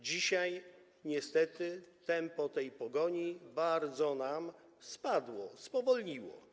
Dzisiaj niestety tempo tej pogoni bardzo nam spadło, spowolniło.